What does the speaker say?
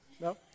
No